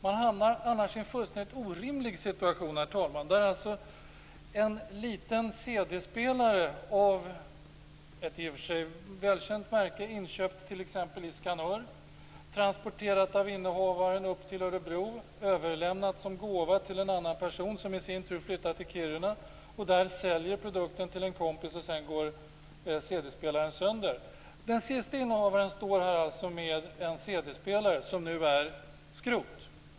Man hamnar annars i en fullständigt orimlig situation, herr talman. En liten cd-spelare av ett i och för sig välkänt märke köps t.ex. in i Skanör och transporteras av innehavaren upp till Örebro. Den överlämnas i gåva till en annan person som i sin tur flyttar till Kiruna och där säljer produkten till en kompis. Sedan går cdspelaren sönder. Den siste innehavaren står här alltså med en cd-spelare som nu är skrot.